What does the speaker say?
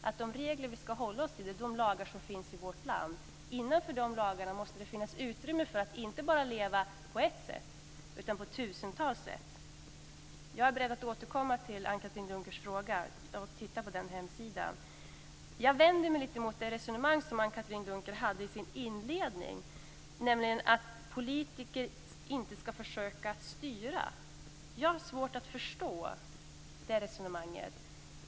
Inom de regler som vi ska hålla oss till och de lagar som vi har i vårt land måste det finnas utrymme för att inte leva på ett sätt utan på tusentals sätt. Jag är beredd att återkomma till Anne Katrine Dunkers fråga. Jag måste titta på den hemsidan. Jag vänder mig mot det resonemang som Anne Katrine Dunker hade i sin inledning, nämligen att politiker inte ska försöka att styra. Jag har svårt att förstå det resonemanget.